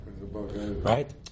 right